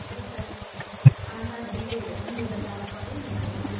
त्यही त अन्त डिजेहरू पनि लिएर जानु पऱ्यो नि अब